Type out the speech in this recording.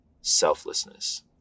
selflessness